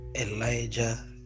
Elijah